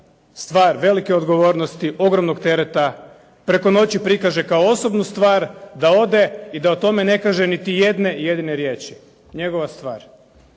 stvar velike odgovornosti, ogromnog tereta preko noći prikaže kao osobnu stvar, da ode i da o tome ne kaže niti jedne jedine riječi. Njegova stvar.